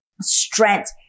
strength